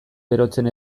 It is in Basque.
berotzen